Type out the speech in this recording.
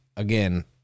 again